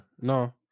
No